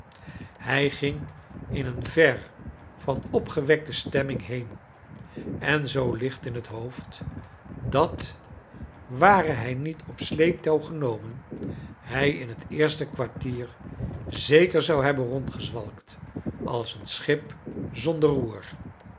hij ging in een ver van opgewekte stemming heen en zoo licht in het hoofd dat ware hij niet op sleeptouw genomen hij in het eerste kwartier zeker zou hebben rondgezwalkt als een schip zonder roer